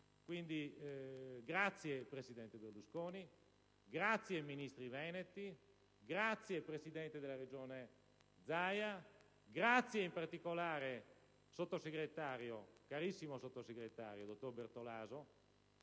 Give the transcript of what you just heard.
Quindi, grazie presidente Berlusconi; grazie Ministri veneti; grazie presidente della Regione, Zaia. Grazie, in particolare, carissimo sottosegretario, dottor Bertolaso,